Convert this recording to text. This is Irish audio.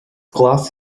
glas